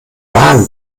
magen